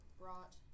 brought